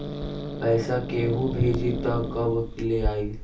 पैसा केहु भेजी त कब ले आई?